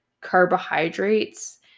carbohydrates